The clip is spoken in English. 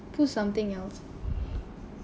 put something else